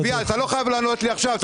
אתה לא חייב לענות לי עכשיו.